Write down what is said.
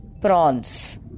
prawns